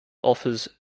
offers